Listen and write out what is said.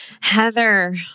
Heather